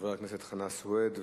חבר הכנסת חנא סוייד,